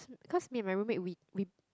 cause me and my roommate we we